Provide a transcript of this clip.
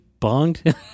Bonged